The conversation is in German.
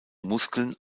muskeln